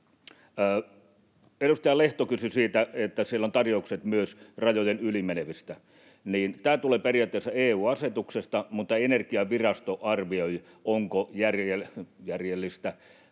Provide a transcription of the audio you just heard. Edustaja Lehto kysyi siitä, että siellä on tarjoukset myös rajojen yli menevistä. Tämä tulee periaatteessa EU-asetuksesta, mutta Energiavirasto arvioi, onko järjellistä,